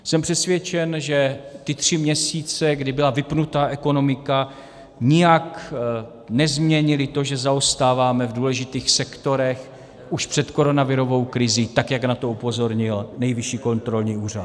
Jsem přesvědčen, že ty tři měsíce, kdy byla vypnutá ekonomika, nijak nezměnily to, že zaostáváme v důležitých sektorech už před koronavirovou krizí, tak jak na to upozornil Nejvyšší kontrolní úřad.